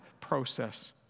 process